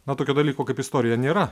na tokio dalyko kaip istorija nėra